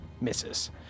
misses